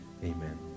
Amen